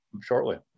shortly